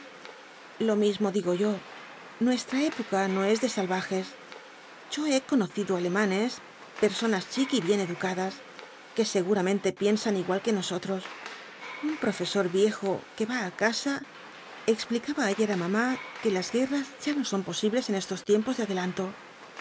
lo mismo digo yo nuestra época no es de salvajes yo he conocido alemanes personas chic y bien educadas que seguramente piensan igual que nosotros un profesor viejo que va á casa explicaba ayer á mamá que las guerras ya no son posibles en estos tiempos de adelanto